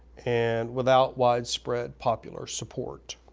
and without widespread popular support.